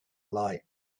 light